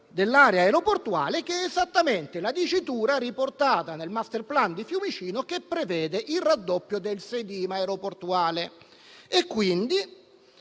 dell'area aeroportuale», che è esattamente quella riportata nel *master plan* di Fiumicino, che prevede il raddoppio del sedime aeroportuale.